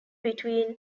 between